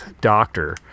Doctor